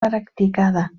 practicada